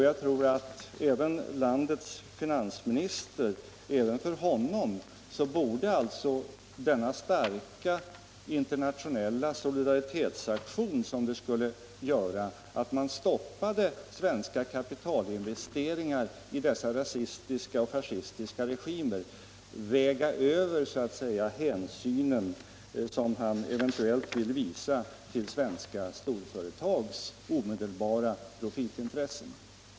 Även för landets finansminister borde den starka internationella solidaritetsaktion, som det skulle innebära att stoppa svenska kapitalinvesteringar i dessa rasistiska och fascistiska regimer, väga över den hänsyn som han eventuellt vill visa svenska storföretags profitintressen.